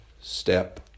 step